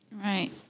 right